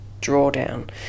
Drawdown